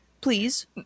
Please